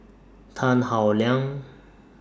Tan Howe Liang